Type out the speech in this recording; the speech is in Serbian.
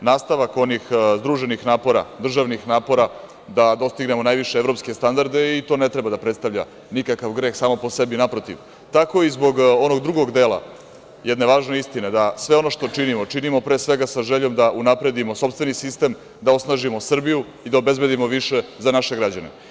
nastavak onih združenih napora, državnih napora, da dostignemo najviše evropske standarde i to ne treba da predstavlja nikakav greh samo po sebi, naprotiv, tako i zbog onog drugog dela jedne važne istine da sve ono što činimo, činimo pre svega sa željom da unapredimo sopstveni sistem, da osnažimo Srbiju i da obezbedimo više za naše građane.